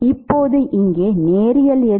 இப்போது இங்கே நேரியல் எது